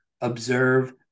observe